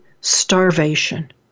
starvation